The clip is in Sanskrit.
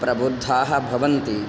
प्रबुद्धाः भवन्ति